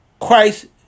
Christ